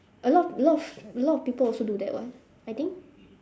a lot a lot of a lot of people also do that [what] I think